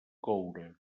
coure